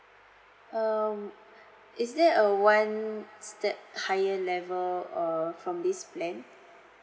um is there a one's that higher level err from this plan